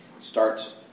starts